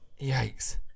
Yikes